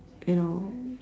you know